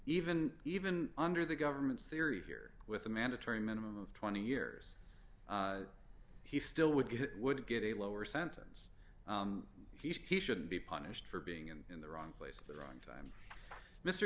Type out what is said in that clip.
even even under the government's theory here with a mandatory minimum of twenty years he still would get would get a lower sentence he shouldn't be punished for being in the wrong place wrong time mr